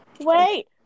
Wait